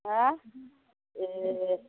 मा ए